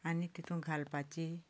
आनी तातूंत घालपाची